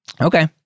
Okay